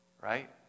right